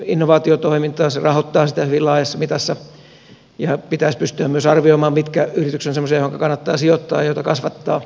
se rahoittaa sitä hyvin laajassa mitassa ja pitäisi pystyä myös arvioimaan mitkä yritykset ovat semmoisia joihinka kannattaa sijoittaa ja joita kasvattaa julkisellakin rahalla